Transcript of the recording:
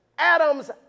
Adam's